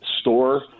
store